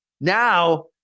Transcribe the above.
Now